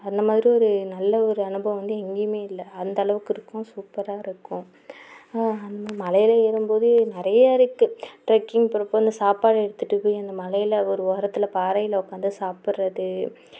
அந்தமாதிரி ஒரு நல்ல ஒரு அனுபவம் வந்து எங்கேயுமே இல்லை அந்தளவுக்கு இருக்கும் சூப்பராக இருக்கும் அந்த மலையில் ஏறும்போது நிறையா இருக்குது ட்ரெக்கிங் போகிறப்போ அந்த சாப்பாடு எடுத்துட்டு போயி அந்த மலையில் ஒரு ஓரத்தில் பாறையில் உக்காந்து சாப்புடுறது